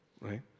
right